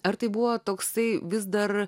ar tai buvo toksai vis dar